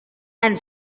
and